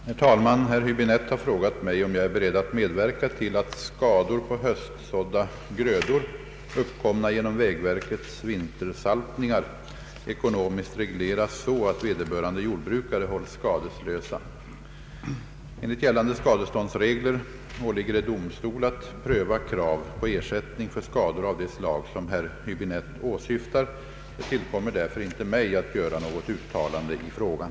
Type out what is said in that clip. Herr talman! Herr Häöbinette har frågat mig om jag är beredd att medverka till att skador på höstsådda grödor, uppkomna genom vägverkets vintersaltningar, ekonomiskt regleras så att vederbörande jordbrukare hålls skadeslösa. Enligt gällande <skadeståndsregler åligger det domstol att pröva krav på ersättning för skador av det slag som herr Höbinette åsyftar. Det tillkommer därför inte mig att göra något uttalande i frågan.